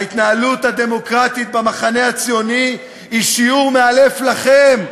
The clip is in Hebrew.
ההתנהלות הדמוקרטית במחנה הציוני היא שיעור מאלף לכם,